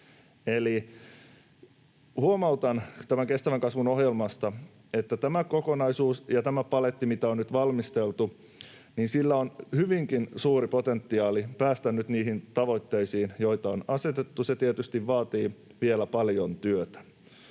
huomautan tämän kestävän kasvun ohjelmasta, että tällä kokonaisuudella ja paletilla, mitä on nyt valmisteltu, on hyvinkin suuri potentiaali päästä nyt niihin tavoitteisiin, joita on asetettu. Se tietysti vaatii vielä paljon työtä.